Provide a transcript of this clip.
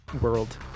world